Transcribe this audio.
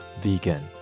vegan